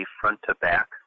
front-to-back